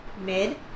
mid